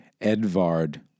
Edvard